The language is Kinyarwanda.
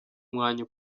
umwanya